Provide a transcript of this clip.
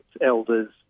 elders